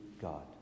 God